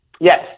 Yes